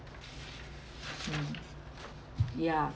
mm ya